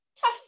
tough